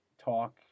talk